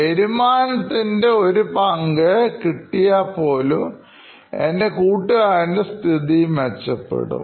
വരുമാനത്തിന് ഒരു പങ്ക് കിട്ടിയാൽ പോലും എൻറെ കൂട്ടുകാരൻറെ സ്ഥിതി മെച്ചപ്പെടും